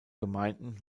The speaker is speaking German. gemeinden